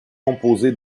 composée